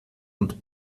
und